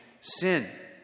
sin